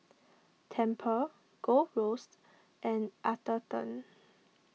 Tempur Gold Roast and Atherton